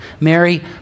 Mary